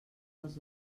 dels